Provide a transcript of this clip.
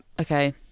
okay